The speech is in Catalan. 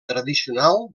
tradicional